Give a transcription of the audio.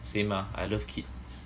same lah I love kids